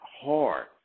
hard